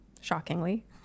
Shockingly